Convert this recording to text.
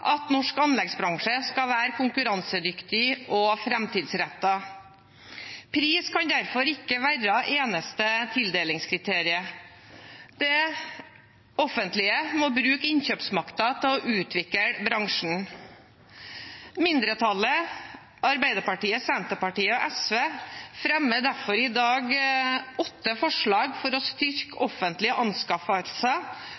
at norsk anleggsbransje skal være konkurransedyktig og framtidsrettet. Pris kan derfor ikke være eneste tildelingskriterium. Det offentlige må bruke innkjøpsmakten til å utvikle bransjen. Mindretallet, Arbeiderpartiet, Senterpartiet og SV, fremmer derfor i dag åtte forslag for å styrke